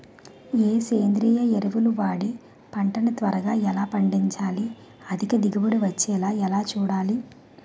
ఏ సేంద్రీయ ఎరువు వాడి పంట ని త్వరగా ఎలా పండించాలి? అధిక దిగుబడి వచ్చేలా ఎలా చూడాలి?